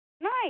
Nice